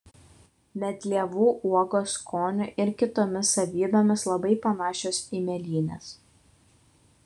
medlievų uogos skoniu ir kitomis savybėmis labai panašios į mėlynes